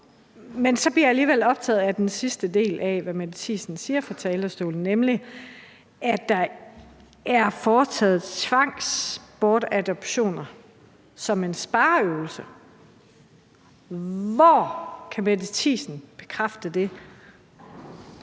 Men så bliver jeg alligevel optaget af den sidste del af, hvad Mette Thiesen siger fra talerstolen, nemlig at der er foretaget tvangsbortadoptioner som en spareøvelse. Hvor kan Mette Thiesen bekræfte det?